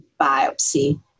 biopsy